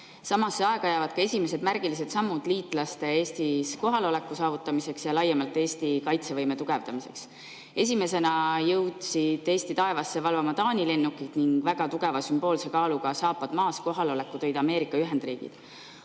Samasse aega jäävad ka esimesed märgilised sammud liitlaste Eestis kohaloleku saavutamiseks ja laiemalt Eesti kaitsevõime tugevdamiseks. Esimesena jõudsid Eesti taevasse valvama Taani lennukid ning väga tugeva sümboolse kaaluga saapad-maas-kohaloleku tõid Ameerika Ühendriigid.